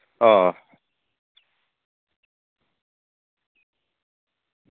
ᱚᱻ